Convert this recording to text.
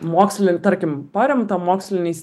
mokslin tarkim paremta moksliniais